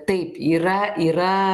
taip yra yra